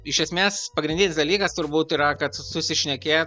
iš esmės pagrindinis dalykas turbūt yra kad su susišnekėt